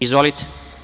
Izvolite.